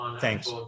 thanks